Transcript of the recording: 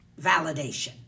validation